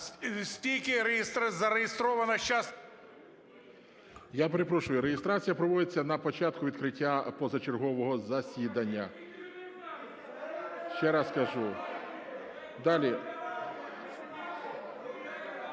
Я перепрошую, реєстрація проводиться на початку відкриття позачергового засідання… (Шум у залі)